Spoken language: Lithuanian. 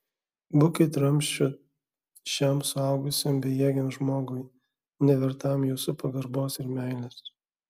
būkit ramsčiu šiam suaugusiam bejėgiam žmogui nevertam jūsų pagarbos ir meilės